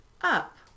up